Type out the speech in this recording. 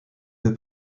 peu